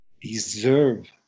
deserve